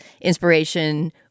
inspiration